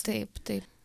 taip tai